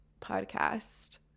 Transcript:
podcast